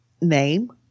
name